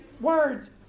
words